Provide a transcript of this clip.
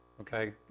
okay